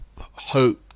hope